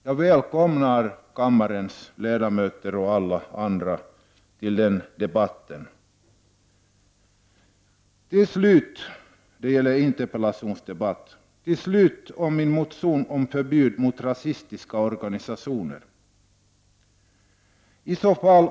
Jag välkomnar kammarens ledamöter och alla andra till den debatten. Till slut något om min motion gällande förbud mot rasistiska organisationer.